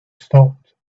stopped